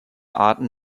arten